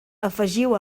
afegiu